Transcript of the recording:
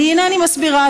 הינני מסבירה,